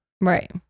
Right